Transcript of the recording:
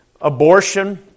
abortion